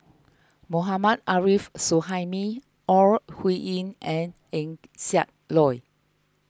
Mohammad Arif Suhaimi Ore Huiying and Eng Siak Loy